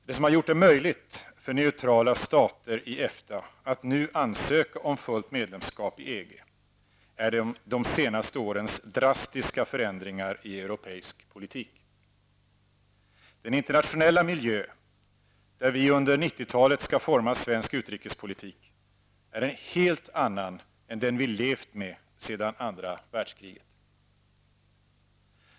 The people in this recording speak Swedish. Det som gjort det möjligt för neutrala stater i EFTA att nu ansöka om fullt medlemskap i EG är det senaste årets drastiska förändringar i europeisk politik. Den internationella miljö där vi under 90 talet skall forma svensk utrikespolitik är en helt annan än den vi levt med sedan andra världskriget.